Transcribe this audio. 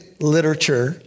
literature